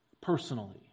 personally